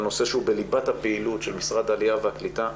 נושא שהוא בליבת הפעילות של משרד העלייה והקליטה.